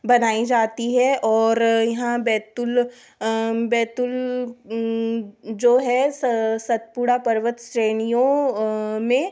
बनाई जाती है और यहाँ बैतुल बैतुल जो है सतपुड़ा पर्वत श्रेणियों में